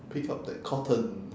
pick up that cotton